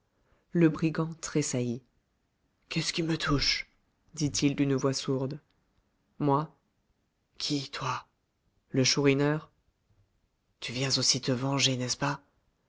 le brigand tressaillit qu'est-ce qui me touche dit-il d'une voix sourde moi qui toi le chourineur tu viens aussi te venger n'est-ce pas